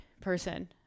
person